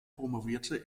promovierte